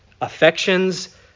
affections